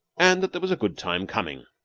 and that there was a good time coming.